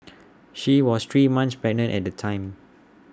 she was three months pregnant at the time